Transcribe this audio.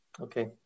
okay